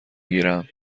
گیرم